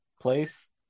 place